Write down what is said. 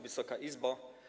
Wysoka Izbo!